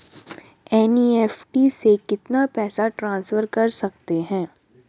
NEFT से कितना पैसा ट्रांसफर कर सकते हैं?